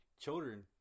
children